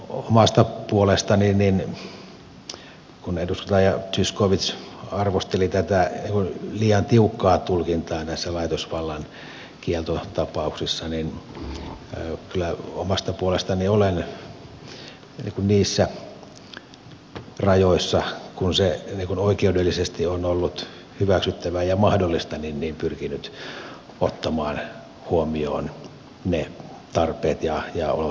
omasta puolestani kun edustaja zyskowicz arvosteli tätä liian tiukkaa tulkintaa näissä laitosvallan kieltotapauksissa olen kyllä niissä rajoissa kuin se oikeudellisesti on ollut hyväksyttävää ja mahdollista pyrkinyt ottamaan huomioon ne tarpeet ja olosuhteet joita vankiloissa on